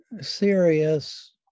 serious